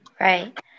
Right